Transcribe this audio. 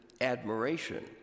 admiration